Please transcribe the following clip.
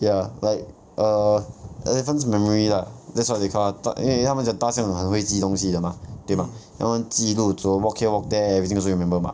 ya like err elephant's memory lah that's what they call 因为他们讲大象很会记东西的 mah 对 mah 它们记路走 walk here walk there everything also remember mah